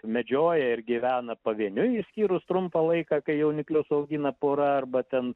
medžioja ir gyvena pavieniui išskyrus trumpą laiką kai jauniklius augina pora arba ten